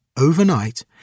Overnight